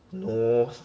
no